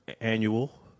Annual